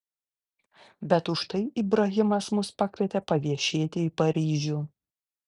bet užtai ibrahimas mus pakvietė paviešėti į paryžių